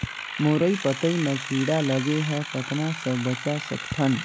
मुरई पतई म कीड़ा लगे ह कतना स बचा सकथन?